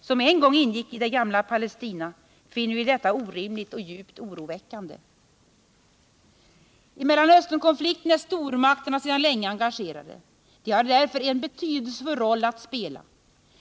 som en gång ingick i det gamla Palestina, finner vi detta orimligt och djupt oroväckande. I Mellanösternkonflikten är stormakterna sedan länge engagerade. De har därför en betydelsefull roll att spela.